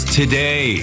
today